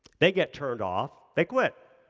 they get turned off, they quit.